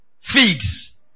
Figs